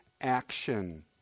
action